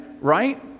right